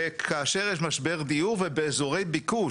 וכאשר יש משבר דיור ובאזורי ביקוש,